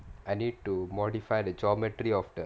I need to modify the geometry of the